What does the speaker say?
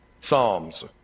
psalms